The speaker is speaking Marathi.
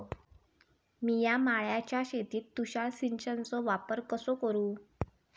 मिया माळ्याच्या शेतीत तुषार सिंचनचो वापर कसो करू?